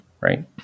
right